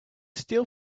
steal